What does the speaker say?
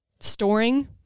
storing